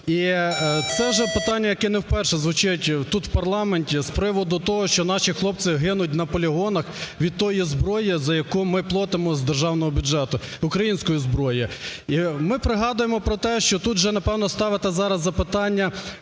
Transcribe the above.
І це вже питання, яке не вперше звучить тут у парламенті з приводу того, що наші хлопці гинуть на полігонах від тої зброї, за яку ми платимо з державного бюджету, української зброї. І ми пригадуємо про те, що тут вже, напевно, ставити зараз запитання